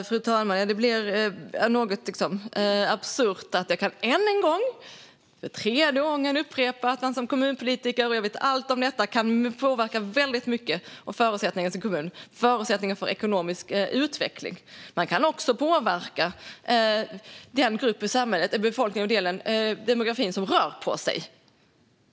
Fru talman! Detta blir något absurt. Jag kan ännu en gång, för tredje gången, upprepa att man som kommunpolitiker - jag vet allt om detta - kan påverka väldigt mycket när det gäller kommunens förutsättningar för ekonomisk utveckling. Man kan också påverka den grupp i samhället, den del av befolkningen och den demografi som rör på sig.